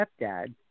stepdad